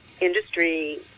industry